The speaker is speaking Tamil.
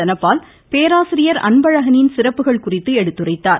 தனபால் பேராசிரியர் அன்பழகனின் சிறப்புகள் குறித்து எடுத்துரைத்தார்